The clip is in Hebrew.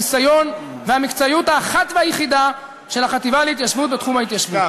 הניסיון והמקצועיות האחת והיחידה של החטיבה להתיישבות בתחום ההתיישבות.